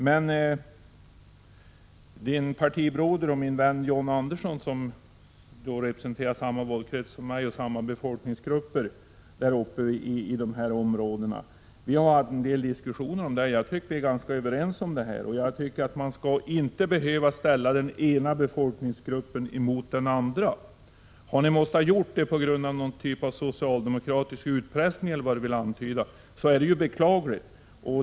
Men Jörn Svenssons partibroder — och min vän — John Andersson, som representerar samma valkrets och samma befolkningsgrupper som jag uppe i de områden det här gäller, har haft en del diskussioner med mig om detta. Jag tycker att vi är ganska överens i denna fråga, och jag tycker att man inte skall behöva ställa den ena befolkningsgruppen mot den andra. Har ni varit tvungna att göra det på grund av någon typ av socialdemokratisk utpressning, eller vad ni vill antyda, så är det beklagligt.